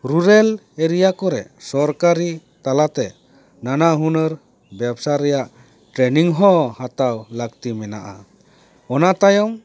rural area ᱠᱚᱨᱮ ᱥᱚᱨᱠᱟᱨᱤ ᱛᱟᱞᱟᱛᱮ ᱱᱟᱱᱟ ᱦᱩᱱᱟᱹᱨ ᱵᱮᱵᱽᱥᱟ ᱨᱮᱭᱟᱜ ᱴᱨᱮᱱᱤᱝ ᱦᱚᱸ ᱦᱟᱛᱟᱣ ᱞᱟᱹᱠᱛᱤ ᱢᱮᱱᱟᱜᱼᱟ ᱚᱱᱟ ᱛᱟᱭᱚᱢ